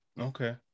Okay